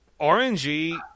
RNG